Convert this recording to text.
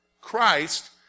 Christ